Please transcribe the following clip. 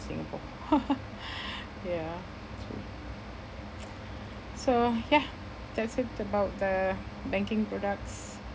Singapore ya so ya that's it about the banking products